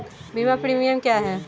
बीमा प्रीमियम क्या है?